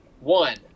one